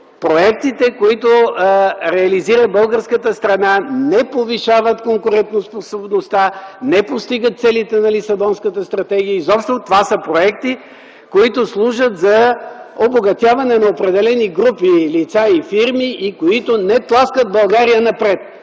проектите, които реализира българската страна, не повишават конкурентоспособността, не постигат целите на Лисабонската стратегия, изобщо това са проекти, които служат за обогатяване на определени групи, лица и фирми и не тласкат България напред.